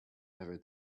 never